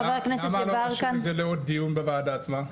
חבר הכנסת יברקן -- למה לא להמשיך את זה לעוד דיון בוועדה עצמה?